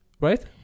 Right